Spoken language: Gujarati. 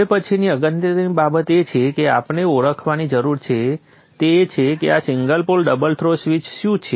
હવે પછીની અગત્યની બાબત કે જેને આપણે ઓળખવાની જરૂર છે તે એ છે કે આ single pole double throw switch શું છે